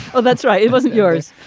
well, that's right. it wasn't yours.